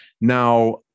Now